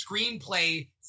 screenplay